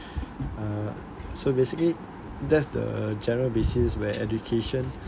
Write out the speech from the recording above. uh so basically that's the general basis where education